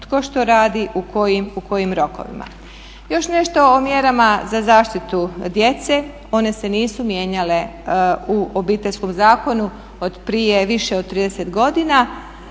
tko što radi u kojim rokovima. Još nešto o mjerama za zaštitu djece, one se nisu mijenjale u Obiteljskom zakonu od prije od više 30 godina.